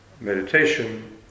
Meditation